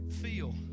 feel